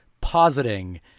positing